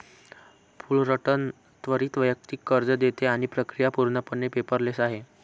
Fullerton त्वरित वैयक्तिक कर्ज देते आणि प्रक्रिया पूर्णपणे पेपरलेस आहे